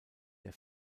der